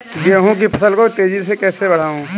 गेहूँ की फसल को तेजी से कैसे बढ़ाऊँ?